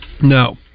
No